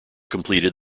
completed